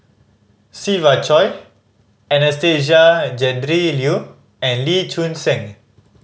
Siva Choy Anastasia Tjendri Liew and Lee Choon Seng